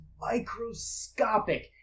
microscopic